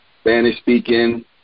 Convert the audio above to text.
Spanish-speaking